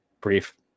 brief